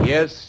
Yes